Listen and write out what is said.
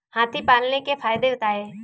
हाथी पालने के फायदे बताए?